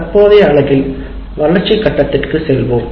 தற்போதைய அலகில் வளர்ச்சி கட்டத்திற்கு செல்வோம்